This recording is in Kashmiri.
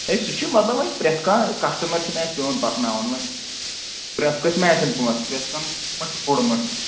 اے سُہ چھِ مطلب وۅنۍ پرٛتھ کانٛہہ کَسٹٕمَر چھِنہٕ اَسہِ پیٚوان پَکناوُن وۅنۍ پرٛتھ کٲنٛسہِ ما آسَن پونٛسہٕ پرٛتھ کانٛہہ ما چھُ بوٚڈ مۅہنیٛوٗ